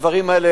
הדברים האלה,